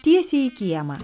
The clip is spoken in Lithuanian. tiesiai į kiemą